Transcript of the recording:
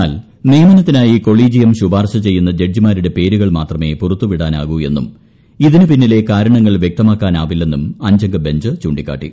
എന്നാൽ നിയമനത്തിനായി കൊളീജിയം ശുപാർശ ചെയ്യുന്ന ജഡ്ജിമാരുടെ പേരുകൾ മാത്രമേ പുറത്തുവിടാനാകൂ എന്നും ഇതിന് പിന്നിലെ കാരണങ്ങൾ വ്യക്തമാക്കാനാവില്ലെന്നും അഞ്ചംഗ ബഞ്ച് ചൂണ്ടിക്കാട്ടി